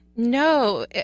No